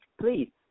please